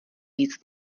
víc